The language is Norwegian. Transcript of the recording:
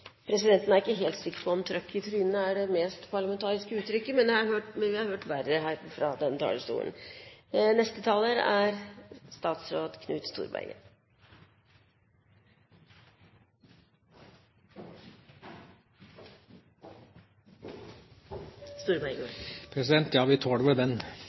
Presidenten er ikke helt sikker på om «trøkk i trynet» er det mest parlamentariske uttrykket, men vi har hørt verre her fra denne talerstolen.